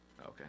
Okay